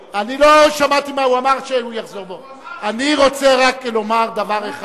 אני, אני רוצה רק כדי להרגיע,